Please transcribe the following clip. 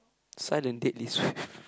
side and date is